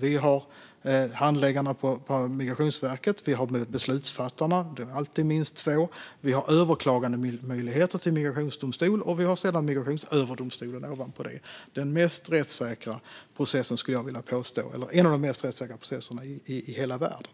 Vi har handläggarna på Migrationsverket. Vi har beslutsfattarna, det är alltid minst två. Vi har överklagandemöjligheter till migrationsdomstol, och vi har sedan Migrationsöverdomstolen ovanpå det. Jag skulle vilja påstå att det är en av de mest rättssäkra processerna i hela världen.